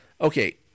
Okay